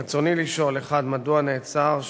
רצוני לשאול: 1. מדוע הוא נעצר?